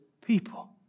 people